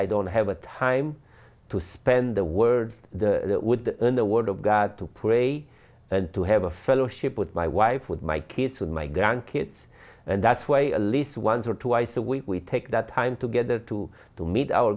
i don't have a time to spend the words that would earn the word of god to pray and to have a fellowship with my wife with my kids and my grandkids and that's why a list once or twice a week we take that time together to to meet our